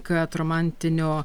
kad romantinio